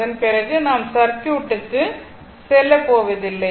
அதன் பிறகு நாம் சர்க்யூட் க்கு செல்லப் போவதில்லை